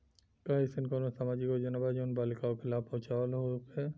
का एइसन कौनो सामाजिक योजना बा जउन बालिकाओं के लाभ पहुँचावत होखे?